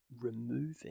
removing